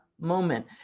moment